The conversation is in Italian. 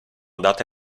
date